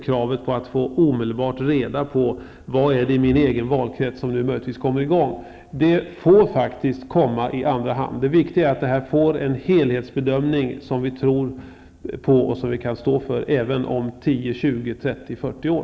Kraven på att omedelbart få reda på vad som möjligtvis kommer i gång i den egna valkretsen får faktiskt komma i andra hand. Det viktiga är att få en helhetsbedömning som vi tror på och som vi kan stå för även om 10, 20, 30, 40 år.